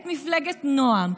את מפלגת נעם,